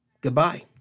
Goodbye